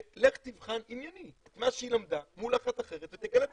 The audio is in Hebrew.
לך תבחן עניינית מה שהיא למדה מול אחת אחרת ותגלה.